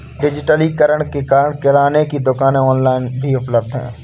डिजिटलीकरण के कारण किराने की दुकानें ऑनलाइन भी उपलब्ध है